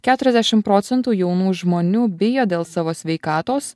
keturiasdešim procentų jaunų žmonių bijo dėl savo sveikatos